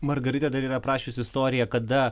margarita dar yra aprašiusi istoriją kada